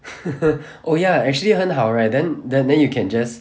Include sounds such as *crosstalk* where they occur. *laughs* oh ya actually 很好 right then then then you can just